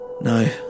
No